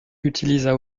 utilisa